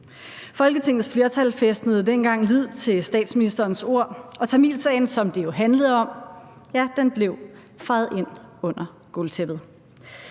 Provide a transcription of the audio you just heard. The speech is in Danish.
Folketingets flertal fæstnede dengang lid til statsministerens ord, og tamilsagen, som det jo handlede om, blev fejet ind under gulvtæppet.